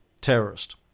terrorist